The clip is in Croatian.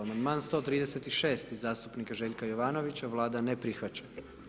Amandman 136. zastupnika Željka Jovanovića, Vlada ne prihvaća.